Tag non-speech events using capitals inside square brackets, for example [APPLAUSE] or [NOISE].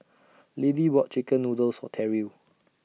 [NOISE] Liddie bought Chicken Noodles For Terrill